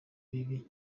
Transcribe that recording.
bibi